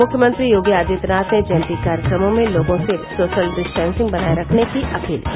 मुख्यमंत्री योगी आदित्यनाथ ने जयंती कार्यक्रमों में लोगों से सोशल डिस्टैन्सिंग बनाए रखने की अपील की